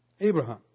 Abraham